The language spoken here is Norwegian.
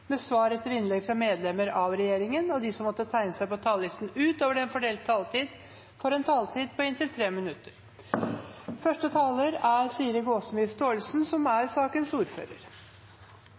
med svar etter innlegg fra medlemmer av regjeringen, og de som måtte tegne seg på talerlisten utover den fordelte taletid, får en taletid på inntil 3 minutter. For Arbeiderpartiet er